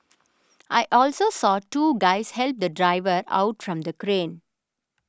I also saw two guys help the driver out from the crane